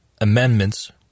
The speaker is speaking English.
Amendments